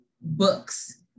books